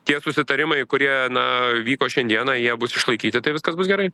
tie susitarimai kurie na vyko šiandieną jie bus išlaikyti tai viskas bus gerai